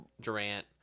durant